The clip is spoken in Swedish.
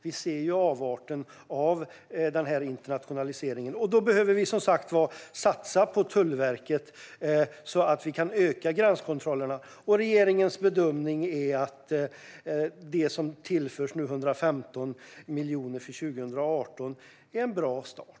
Vi såg avarten av internationaliseringen. Därför behöver vi som sagt satsa på Tullverket så att vi kan öka gränskontrollerna. Regeringens bedömning är att de 115 miljoner som tillförs för 2018 är en bra start.